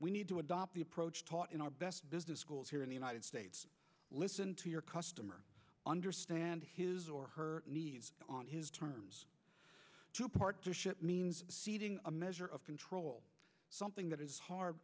we need to adopt the approach taught in our best business schools here in the united states listen to your customer understand his or her on his terms to partnership means ceding a measure of control something that is hard